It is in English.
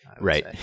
right